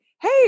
hey